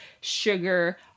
sugar